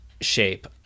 shape